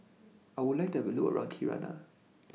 I Would like to Have A Look around Tirana